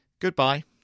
Goodbye